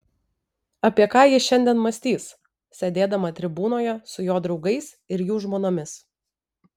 apie ką ji šiandien mąstys sėdėdama tribūnoje su jo draugais ir jų žmonomis